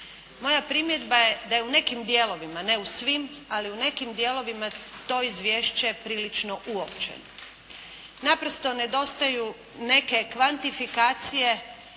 Moja primjedba je da je u nekim dijelovima, ne u svim, ali u nekim dijelovima to izvješće prilično uopćeno. Naprosto nedostaju neke kvantifikacije